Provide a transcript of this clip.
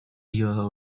your